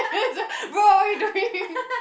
what are you doing